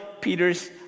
Peter's